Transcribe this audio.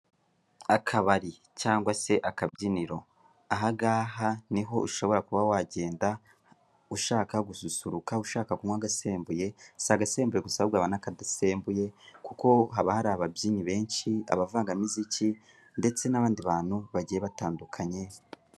Akabari cyangwa se akabyiniro. Aha ngaha niho ushobora kuba wagenda ushaka gususuruka, ushaka kunywa agasembuye si agasembuye gusa abubwo haba nakadasembuye kuko haba hari ababyinnyi benshi, abavangamiziki ndetse n'abandi bantu bagiye batandukanye.